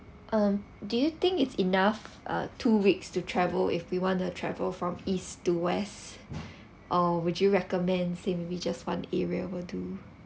um do you think it's enough ah two weeks to travel if we want to travel from east to west or would you recommend seem we just one area will do